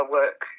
work